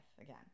again